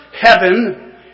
Heaven